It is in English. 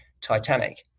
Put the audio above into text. Titanic